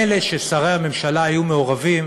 מילא ששרי הממשלה היו מעורבים